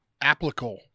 applicable